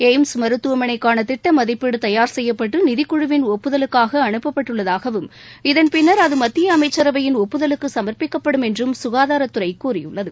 AIIMS மருத்துவமனைக்கான திட்ட மதிப்பீடு தயார் செய்யப்பட்டு நிதிக்குழுவின் ஒப்புதலுக்காக அனுப்பப்பட்டுள்ளதாகவும் இதன் பின்னர் அது மத்திய அமைச்சரவையின் ஒப்புதலுக்கு சமா்ப்பிக்கப்படும் என்றும் சுகாதாரத்துறை கூறியுள்ளது